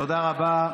תודה רבה.